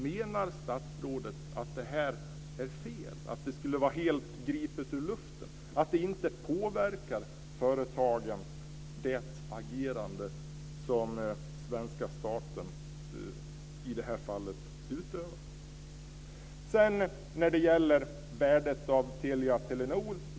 Menar statsrådet att detta är fel och helt gripet ur luften? Menar han att svenska statens agerande i det här fallet inte påverkar företagen?